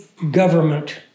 government